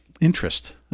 interest